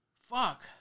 Fuck